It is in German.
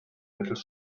mittels